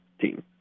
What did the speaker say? team